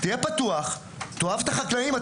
תהיה פתוח, תאהב את החקלאות.